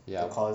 ya